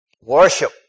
Worship